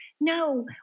No